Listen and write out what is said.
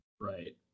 Right